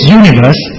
universe